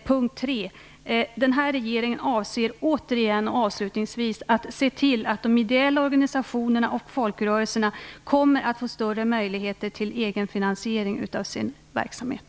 Jag vill avslutningsvis återigen säga att regeringen avser att se till att de ideella organisationerna och folkrörelserna kommer att få större möjligheter till egenfinansiering av sin verksamhet.